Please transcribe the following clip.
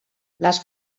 les